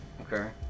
Okay